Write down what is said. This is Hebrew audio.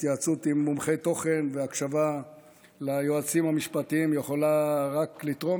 התייעצות עם מומחי תוכן והקשבה ליועצים המשפטיים יכולות רק לתרום,